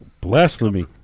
blasphemy